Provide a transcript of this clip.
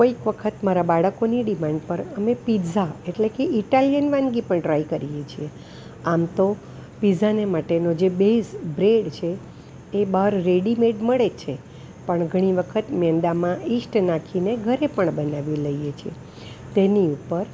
કોઈક વખત મારા બાળકોની ડિમાન્ડ પર અમે પીઝા એટલે કે ઇટાલિયન વાનગી પણ ટ્રાય કરીએ છીએ આમ તો પીઝાને માટેનો જે બેઝ બ્રેડ છે એ બાર રેડિમેડ મળે જ છે પણ ઘણી વખત મેંદામાં ઇષ્ટ નાખીને ઘરે પણ બનાવી લઈએ છીએ તેની ઉપર